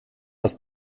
als